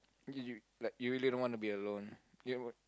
you like you really don't want to be alone you